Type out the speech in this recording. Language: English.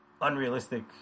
unrealistic